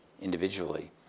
individually